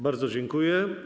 Bardzo dziękuję.